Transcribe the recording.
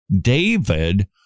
David